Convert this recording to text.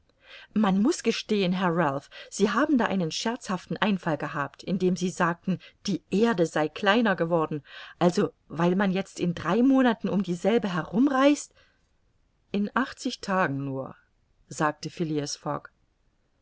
man muß gestehen herr ralph sie haben da einen scherzhaften einfall gehabt indem sie sagten die erde sei kleiner geworden also weil man jetzt in drei monaten um dieselbe herum reist in achtzig tagen nur sagte